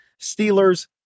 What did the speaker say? steelers